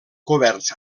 coberts